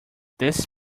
this